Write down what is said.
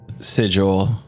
sigil